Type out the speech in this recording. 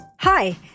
Hi